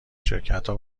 شرکتها